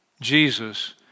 Jesus